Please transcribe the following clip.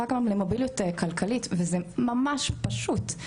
גם למוביליות כלכליות וזה ממש פשוט,